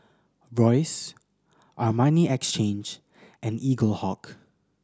Royce Armani Exchange and Eaglehawk